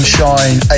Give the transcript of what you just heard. Shine